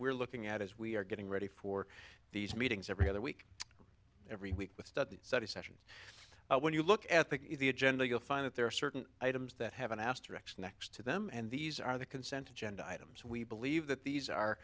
we're looking at as we are getting ready for these meetings every other week every week with study sessions when you look at the general you'll find that there are certain items that have an asterisk next to them and these are the consent agenda items we believe that these are